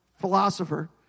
philosopher